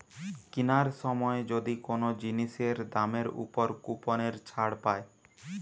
কিনার সময় যদি কোন জিনিসের দামের উপর কুপনের ছাড় পায়